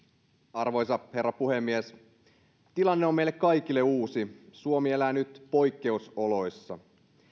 arvoisa herra puhemies tilanne on meille kaikille uusi suomi elää nyt poikkeusoloissa